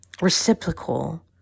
reciprocal